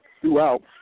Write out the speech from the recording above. throughout